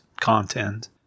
content